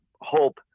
hope